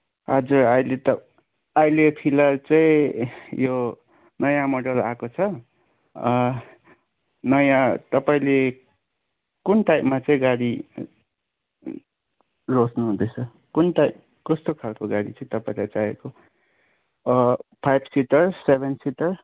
हजुर अहिले त अहिले फिलहाल चाहिँ यो नयाँ मोडल आएको छ नयाँ तपाईँले कुन टाइपमा चाहिँ गाडी रोज्नुहुँदैछ कुन टाइप कस्तो खालको गाडी चाहिँ तपाईँलाई चाहिएको फाइभ सिटर सेभेन सिटर